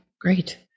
great